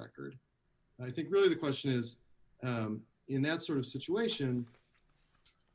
record i think really the question is in that sort of situation